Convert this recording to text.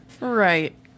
Right